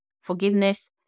forgiveness